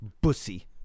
Bussy